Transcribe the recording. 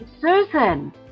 susan